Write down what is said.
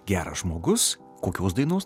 geras žmogus kokios dainos